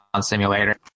simulator